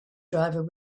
driver